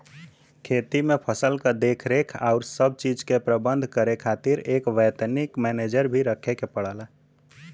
खेती में फसल क देखरेख आउर सब चीज के प्रबंध करे खातिर एक वैतनिक मनेजर भी रखे के पड़ला